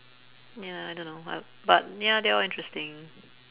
ya I don't know but but ya they were interesting